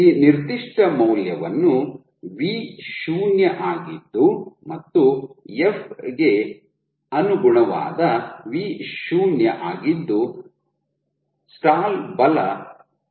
ಈ ನಿರ್ದಿಷ್ಟ ಮೌಲ್ಯವನ್ನು ವಿ ಶೂನ್ಯ ಆಗಿದ್ದು ಮತ್ತು ಎಫ್ ಗೆ ಅನುಗುಣವಾದ ವಿ ಶೂನ್ಯ ಆಗಿದ್ದು ಅನ್ನು ಸ್ಟಾಲ್ ಬಲ ಎಂದು ಕರೆಯಲಾಗುತ್ತದೆ